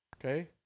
okay